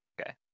okay